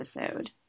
episode